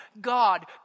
God